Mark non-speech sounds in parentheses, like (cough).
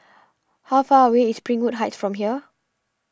(noise) how far away is Springwood Heights from here